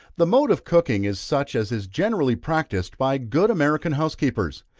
the mode of cooking is such as is generally practised by good american housekeepers,